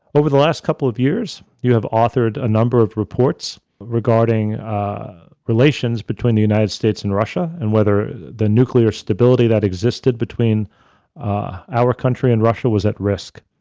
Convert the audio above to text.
over the last couple of years, you have authored a number of reports regarding relations between the united states and russia and whether the nuclear stability that existed between our country and russia was at risk,